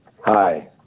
Hi